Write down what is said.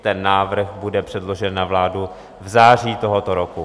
Ten návrh bude předložen na vládu v září tohoto roku.